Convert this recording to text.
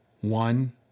one